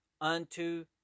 unto